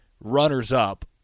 runners-up